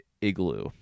Igloo